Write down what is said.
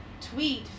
tweet